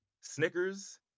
Snickers